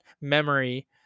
memory